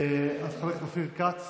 חבר הכנסת אופיר כץ,